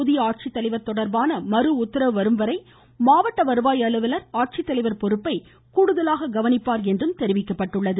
புதிய ஆட்சித்தலைவர் தொடர்பான மறு உத்தரவு வரும் வரை மாவட்ட வருவாய் அலுவலர் ஆட்சித்தலைவர் பொறுப்பை கூடுதலாக கவனிப்பார் என்றும் தெரிவிக்கப்பட்டுள்ளது